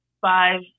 five